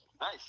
Nice